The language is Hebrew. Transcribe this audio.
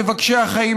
מבקשי החיים,